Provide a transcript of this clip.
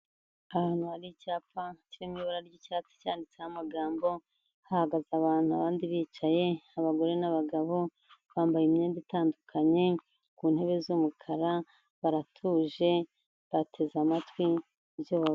Ahantu hari icyapa kirimo ibara ry'icyatsi cyanditseho amagambo, hahagaze abantu abandi bicaye, abagore n'abagabo bambaye imyenda itandukanye ku ntebe z'umukara baratuje bateze amatwi ibyo...